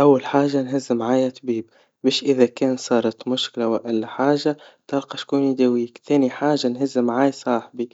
أول حاجا نهز معايا طبيب, مش إذا كان صارت معايا مشكلا وإلا حاجا تلاقي شكون يداويك, تاني حاجا نهز معايا صاحبي